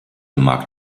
mag